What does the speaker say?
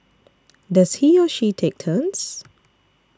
does he or she take turns